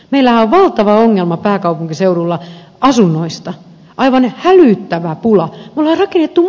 meillähän on valtava ongelma pääkaupunkiseudulla asunnoista aivan hälyttävä pula